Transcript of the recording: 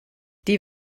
die